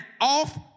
off